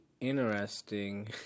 interesting